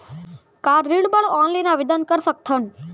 का ऋण बर ऑनलाइन आवेदन कर सकथन?